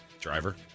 Driver